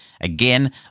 Again